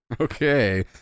Okay